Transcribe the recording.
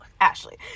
Ashley